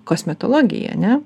kosmetologija ar ne